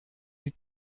die